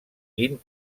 pin